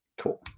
Cool